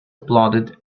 applauded